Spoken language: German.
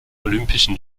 olympischen